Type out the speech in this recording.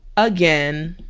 again